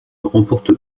remporte